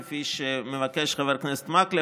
כפי שמבקש חבר הכנסת מקלב,